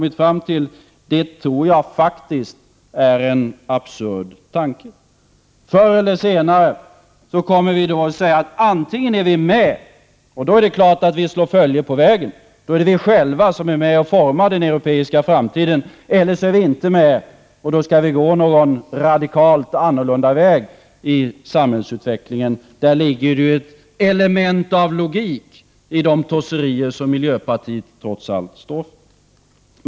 1988/89:129 kommit fram till tror jag är en absurd tanke. Förr eller senare kommer vi att 6juni 1989 säga: Antingen är vi med, och då är det klart att vi slår följe på vägen, och då är vi själva med och formar den europeiska framtiden, eller också är vi inte med, och då skall vi gå en radikalt annorlunda väg i samhällsutveckling. Där ligger det ett element av logik i de tossigheter som miljöpartiet trots allt står för.